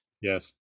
yes